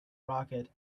rocket